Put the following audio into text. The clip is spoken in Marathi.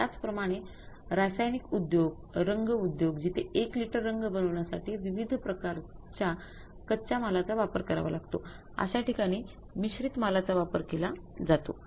त्याचप्रमाणे रासायनिक उद्योग रंग उद्योग जिथे १ लिटर रंग बनवण्यासाठी विविध प्रकारच्या कच्या मालाचा वापर करावा लागतो अश्या ठिकाणी मिश्रित मालाचा वापर केला जातो